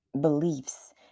beliefs